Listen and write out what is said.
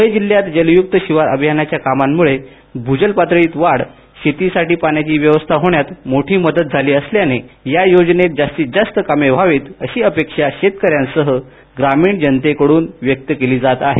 ध्वळे जिल्ह्यात जलयुक्त शिवार अभियानाच्या कामांमुळे भूजल पातळीत वाढ शेतीसाठी पाण्याची व्यवस्था होण्यात मोठी मदत झाली असल्याने या योजनेत जास्तीत जास्त कामे व्हावीत अशी अपेक्षा शेतकऱ्यांसह ग्रामीण जनतेकडून व्यक्त केली जात आहे